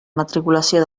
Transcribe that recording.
matriculació